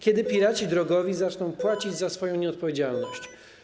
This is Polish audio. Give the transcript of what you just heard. Kiedy piraci drogowi zaczną płacić za swoją nieodpowiedzialność?